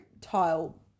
tile